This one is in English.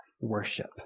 worship